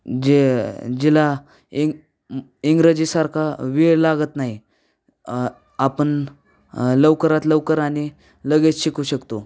जे जिला इंग इंग्रजीसारखा वेळ लागत नाही आपण लवकरात लवकर आणि लगेच शिकू शकतो